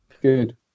Good